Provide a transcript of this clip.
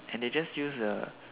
and they just use a